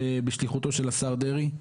בשליחותו של השר דרעי.